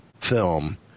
film